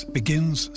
begins